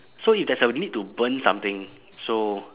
so if there's a need to burn something so